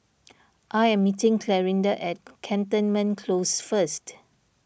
I am meeting Clarinda at Cantonment Close first